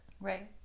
Right